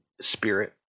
spirit